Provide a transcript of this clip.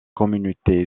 communauté